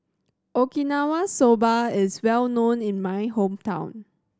Okinawa Soba is well known in my hometown